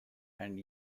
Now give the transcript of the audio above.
and